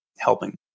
helping